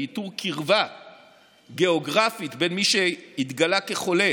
לאיתור קרבה גיאוגרפית בין מי שהתגלה כחולה